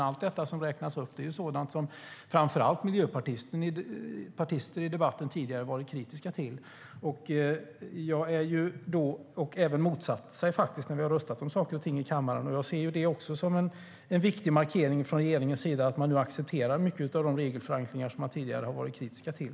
Allt som räknas upp är dock sådant som framför allt miljöpartister tidigare har varit kritiska till i debatten och även motsatt sig i kammarens omröstningar. Jag ser det som en viktig markering från regeringens sida att man nu accepterar många av de regelförenklingar som man tidigare har varit kritisk till.